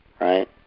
Right